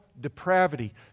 depravity